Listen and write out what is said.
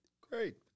Great